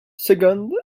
second